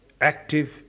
active